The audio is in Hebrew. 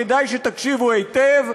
כדאי שתקשיבו היטב,